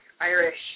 Irish